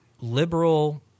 liberal –